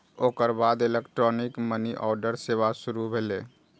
ओकर बाद electronic money order सेवा शुरू भेलै